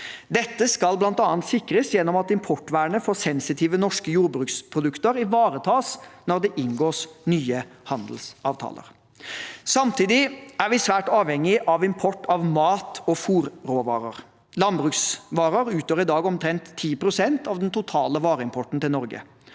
Dette skal bl.a. sikres gjennom at importvernet for sensitive norske jordbruksprodukter ivaretas når det inngås nye handelsavtaler. Samtidig er vi svært avhengig av import av mat- og fôrråvarer. Landbruksvarer utgjør i dag omtrent 10 pst. av den totale vareimporten til Norge.